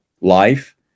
life